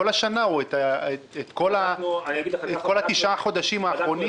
השנה או את כל תשעת החודשים האחרונים?